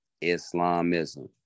Islamism